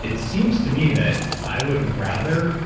it seems to me that i would rather